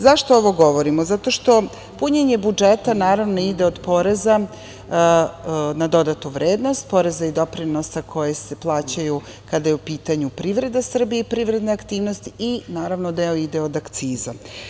Zašto ovo govorimo, zato što punjenje budžeta naravno ide od poreza na dodatu vrednost poreza i doprinosa koji se plaćaju kada je u pitanju privreda Srbije i privredna aktivnost i naravno deo ide od akciza.